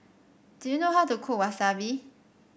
do you know how to cook Wasabi